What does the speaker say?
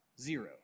Zero